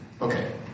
Okay